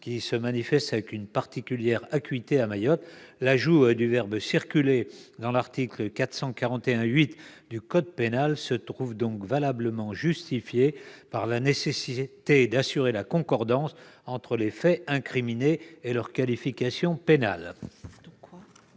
se manifestent avec une particulière acuité à Mayotte. L'ajout du verbe « circuler » à l'article 441-8 du code pénal est justifié par la nécessité d'assurer la concordance entre les faits incriminés et leur qualification pénale.